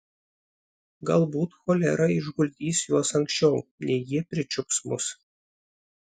galbūt cholera išguldys juos anksčiau nei jie pričiups mus